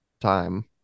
time